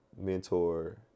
mentor